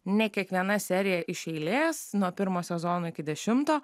ne kiekviena serija iš eilės nuo pirmo sezono iki dešimto